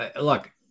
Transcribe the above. Look